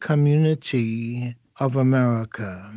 community of america,